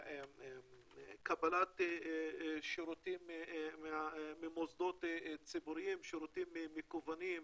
קבלת שירותים ממוסדות ציבוריים, שירותים מקוונים,